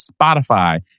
Spotify